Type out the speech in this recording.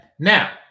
Now